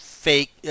Fake